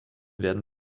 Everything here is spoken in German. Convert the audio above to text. werden